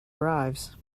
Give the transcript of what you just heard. drives